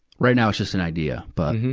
right now, it's just an idea. but,